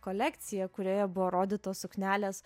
kolekcija kurioje buvo rodytos suknelės